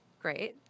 Great